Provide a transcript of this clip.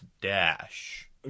Dash